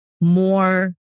more